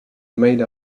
made